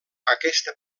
aquesta